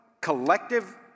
collective